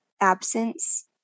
absence